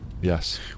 yes